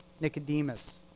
Nicodemus